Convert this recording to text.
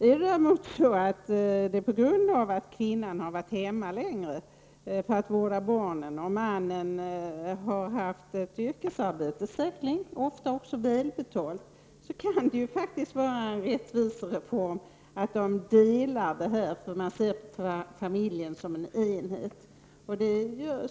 Om däremot kvinnan har varit hemma för att vårda barnen och mannen har haft ett yrkesarbete — säkerligen ofta välbetalt — kan det ju faktiskt vara en rättvisereform att de får dela pensionspoängen, för man ser familjen som en enhet.